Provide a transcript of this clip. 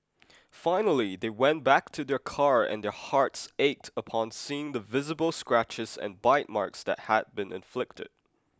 finally they went back to their car and their hearts ached upon seeing the visible scratches and bite marks that had been inflicted